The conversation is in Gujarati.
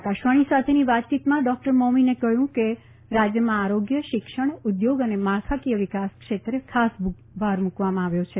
આકાશવાણી સાથેની વાતચીતમાં ડોકટર મોમિને જણાવ્યું કે રાજયમાં આરોગ્ય શિક્ષણ ઉદ્યોગ અને માળખાકીય વિકાસ ક્ષેત્રે ખાસ ભાર મુકવામાં આવ્યો છે